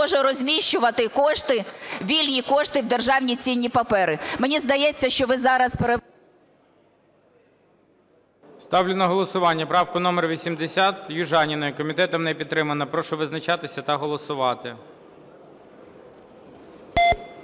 може розміщувати кошти, вільні кошти в державні цінні папери. Мені здається, що ви зараз… ГОЛОВУЮЧИЙ. Ставлю на голосування правку номер 80 Южаніної. Комітетом не підтримана. Прошу визначатися та голосувати.